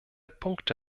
punkte